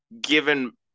given